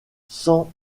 cent